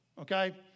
okay